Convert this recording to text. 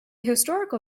historical